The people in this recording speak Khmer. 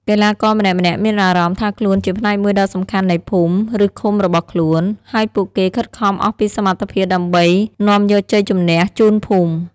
កីឡាករម្នាក់ៗមានអារម្មណ៍ថាខ្លួនជាផ្នែកមួយដ៏សំខាន់នៃភូមិ ឬឃុំរបស់ខ្លួន ហើយពួកគេខិតខំអស់ពីសមត្ថភាពដើម្បីនាំយកជ័យជម្នះជូនភូមិ។